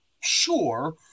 Sure